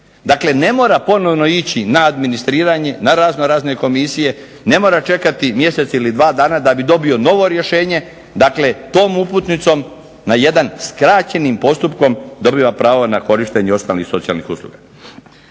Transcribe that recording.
Dakle ne mora ponovno ići na administriranje, na raznorazne komisije, ne mora čekati mjesec ili dva dana da bi dobio novo rješenje, dakle tom uputnicom na jedan skraćenim postupkom dobiva pravo na korištenje osnovnih socijalnih usluga.